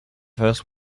first